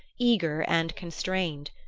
eager and constrained.